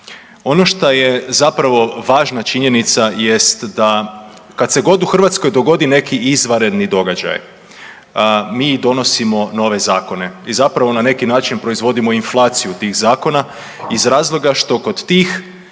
ono što je zapravo važna činjenica jest da kad se god u Hrvatskoj dogodi neki izvanredni događaj mi donosimo nove zakone i zapravo na neki način proizvodimo inflaciju tih zakona iz razloga što kod tih